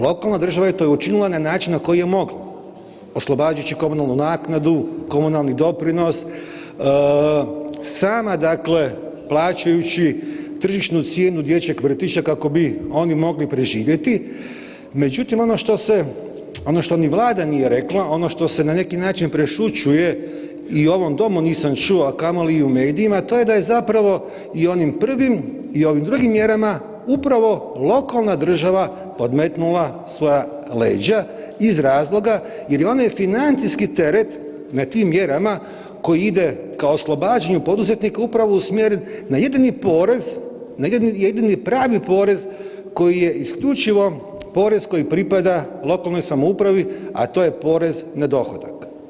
Lokalna država je to i učinila na način na koji je mogla, oslobađajući komunalnu naknadu, komunalni doprinos, sama dakle plaćajući tržišnu cijenu dječjeg vrtića kako bi oni mogli preživjeti, međutim, ono što se, ono to ni Vlada nije rekla, ono što se na neki način prešućuje i u ovom Domu nisam čuo, a kamoli u medijima, a to je da je zapravo i onim prvim i ovim drugim mjerama upravo lokalna država podmetnula svoja leđa iz razloga jer onaj financijski teret na tim mjerama koji ide kao oslobađaju poduzetnika upravo usmjerit na jedini porez, na jedini pravi porez koji je isključivo porez koji pripada lokalnoj samoupravi, a to je porez na dohodak.